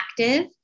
active